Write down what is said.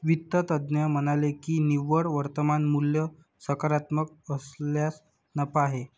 वित्त तज्ज्ञ म्हणाले की निव्वळ वर्तमान मूल्य सकारात्मक असल्यास नफा आहे